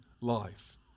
life